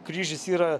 kryžius yra